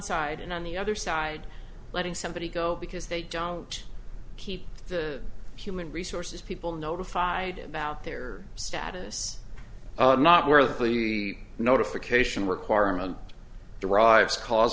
side and on the other side letting somebody go because they don't keep the human resources people notified about their status not worth fully notification requirement derives caus